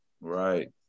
Right